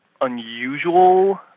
unusual